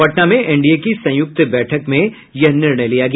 पटना में एनडीए की संयुक्त बैठक में यह निर्णय लिया गया